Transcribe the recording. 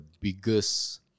biggest